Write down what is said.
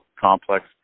complex